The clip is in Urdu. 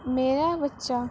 میرا بچہ